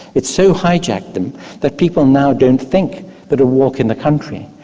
it's so hijacked them that people now don't think that a walk in the country,